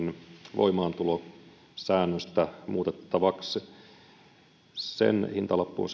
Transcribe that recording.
voimaantulosäännöstä muutettavaksi sen hintalappu on